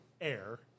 air